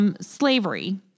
slavery